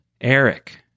Eric